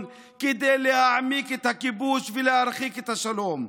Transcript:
כדי להעמיק את הכיבוש ולהרחיק את השלום,